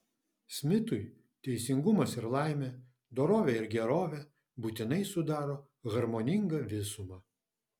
smitui teisingumas ir laimė dorovė ir gerovė būtinai sudaro harmoningą visumą